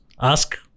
ask